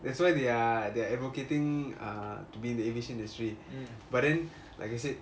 that's why they are they are advocating uh to be in the aviation industry but then like I said